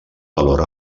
valor